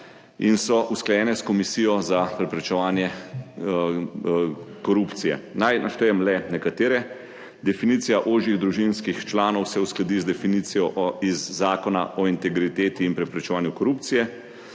in so usklajene s Komisijo za preprečevanje korupcije. Naj naštejem le nekatere: definicija ožjih družinskih članov se uskladi z definicijo iz Zakona o integriteti in preprečevanju korupcije;